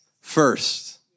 first